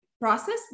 process